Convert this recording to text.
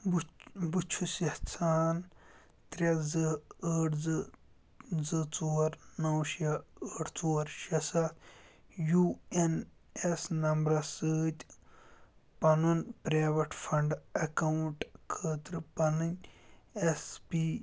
بہٕ بہٕ چھُس یژھان ترٛےٚ زٕ ٲٹھ زٕ زٕ ژور نَو شےٚ ٲٹھ ژور شےٚ سَتھ یوٗ ایٚن ایٚس نمبرَس سۭتۍ پَنُن پرٛایویٹ فنٛڈ ایٚکاونٛٹ خٲطرٕ پنٕنۍ ایٚس پی